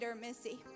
Missy